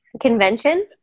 Convention